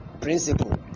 principle